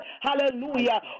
hallelujah